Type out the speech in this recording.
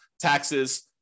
taxes